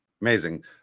Amazing